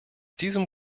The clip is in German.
diesem